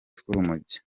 tw’urumogi